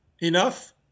enough